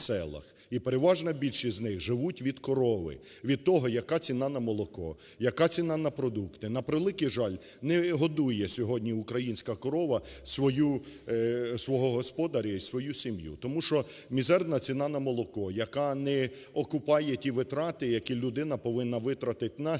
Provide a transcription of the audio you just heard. і переважна більшість з них живуть від корови, від того, яка ціна на молоко, яка ціна на продукти. На превеликий жаль, не годує сьогодні українська корова свого господаря і свою сім'ю, тому що мізерна ціна на молоко, яка не окупає ті витрати, які людина повинна витратити на сіно,